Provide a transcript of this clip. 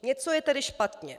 Něco je tedy špatně.